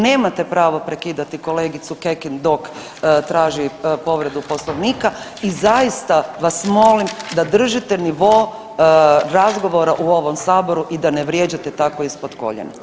Nemate pravo prekidati kolegicu Kekin dok traži povredu poslovnika i zaista vas molim da držite nivo razgovora u ovom saboru i da ne vrijeđate tako ispod koljena.